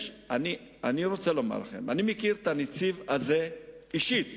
אני רוצה לומר לכם, אני מכיר את הנציב הזה אישית,